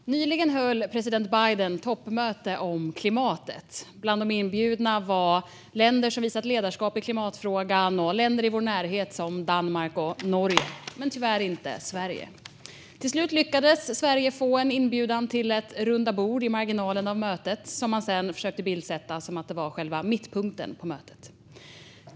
Fru talman! Nyligen höll president Biden ett toppmöte om klimatet. Bland de inbjudna var länder som visat ledarskap i klimatfrågan och länder i vår närhet, som Danmark och Norge, men tyvärr inte Sverige. Till slut lyckades Sverige få en inbjudan till ett rundabordssamtal i marginalen av mötet, som man sedan försökte bildsätta som att det var själva mittpunkten på mötet.